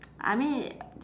I mean